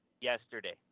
Yesterday